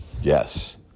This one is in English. Yes